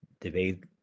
debate